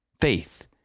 faith